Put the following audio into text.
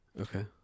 Okay